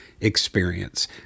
experience